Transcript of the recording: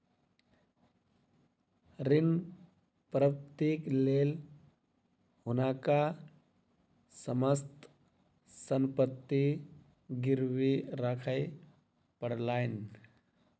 ऋण प्राप्तिक लेल हुनका समस्त संपत्ति गिरवी राखय पड़लैन